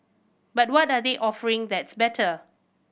but what are they offering that's better